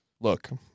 look